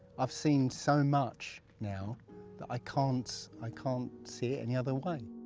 i've seen so much now that i can't, i can't see it any other way.